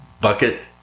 bucket